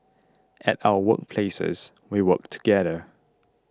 at our work places we work together